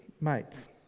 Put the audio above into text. mates